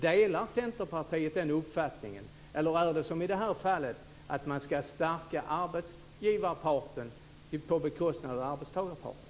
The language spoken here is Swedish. Delar Centerpartiet den uppfattningen eller är det som i det här fallet så att man ska stärka arbetsgivarparten på bekostnad av arbetstagarparten?